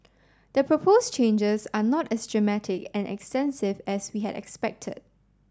the propose changes are not as dramatic and extensive as we had expected